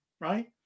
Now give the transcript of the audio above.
right